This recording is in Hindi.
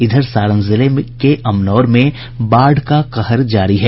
इधर सारण जिले के अमनौर में बाढ़ का कहर जारी है